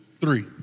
three